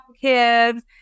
kids